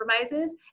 compromises